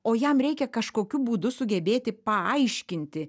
o jam reikia kažkokiu būdu sugebėti paaiškinti